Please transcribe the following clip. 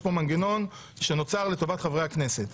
יש פה מנגנון שנוצר לטובת חביר הכנסת.